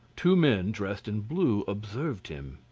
two men dressed in blue observed him.